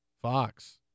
Fox